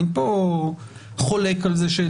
אין חולק על זה.